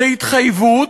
זו התחייבות,